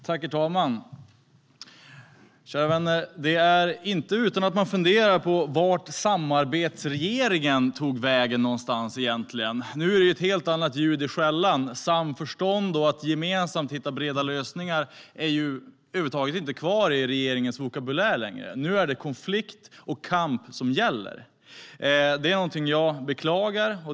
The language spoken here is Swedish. Herr talman! Kära vänner! Det är inte utan att man funderar på vart samarbetsregeringen egentligen tog vägen någonstans. Nu är det ett helt annat ljud i skällan. Samförstånd och att gemensamt hitta breda lösningar är över huvud taget inte kvar i regeringens vokabulär längre. Nu är det konflikt och kamp som gäller. Det är någonting jag beklagar.